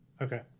okay